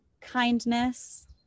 Kindness